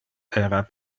era